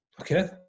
okay